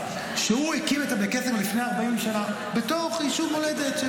שהקים את בית הכנסת לפני 40 שנה בתוך היישוב מולדת.